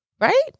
right